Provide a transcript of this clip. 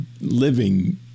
living